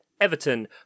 Everton